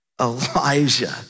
Elijah